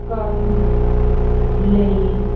ਕਰਨ ਲਈ